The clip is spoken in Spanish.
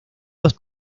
los